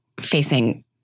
facing